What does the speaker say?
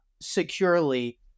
securely